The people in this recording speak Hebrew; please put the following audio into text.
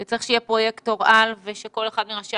שצריך שיהיה פרויקטור על ושכל אחד מראשי